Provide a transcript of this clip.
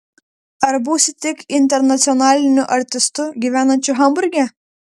ar būsi tik internacionaliniu artistu gyvenančiu hamburge